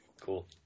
Cool